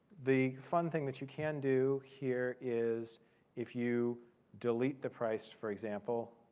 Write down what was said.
the fun thing that you can do here is if you delete the price, for example,